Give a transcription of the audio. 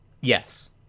yes